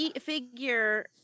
figure